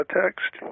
text